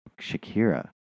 Shakira